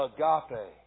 Agape